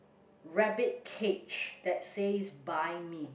rabbit cage that says by me